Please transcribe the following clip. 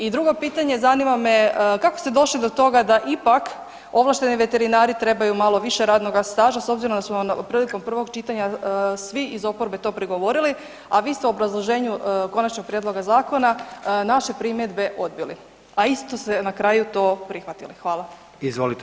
I drugo pitanje zanima me kako ste došli do toga da ipak ovlašteni veterinari trebaju malo više radnoga staža s obzirom da smo vam prilikom prvog čitanja svi iz oporbe to prigovorili, a vi ste u obrazloženju konačnog prijedloga zakona naše primjedbe odbili, a isto ste na kraju to prihvatili?